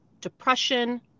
depression